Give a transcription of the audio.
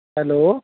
hello